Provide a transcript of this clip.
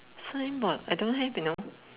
signboard I don't have you know